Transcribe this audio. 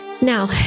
Now